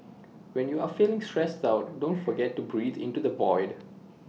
when you are feeling stressed out don't forget to breathe into the void